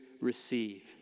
receive